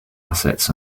assets